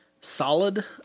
solid